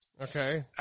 Okay